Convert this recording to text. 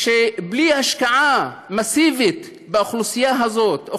שבלי השקעה מסיבית באוכלוסייה הזאת,